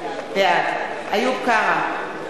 בעד איוב קרא,